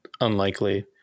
unlikely